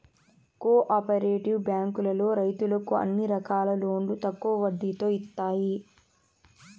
co operative బ్యాంకులో రైతులకు అన్ని రకాల లోన్లు తక్కువ వడ్డీతో ఇత్తాయి